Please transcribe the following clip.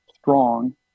strong